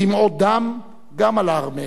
דמעות דם גם על הארמנים?